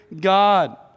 God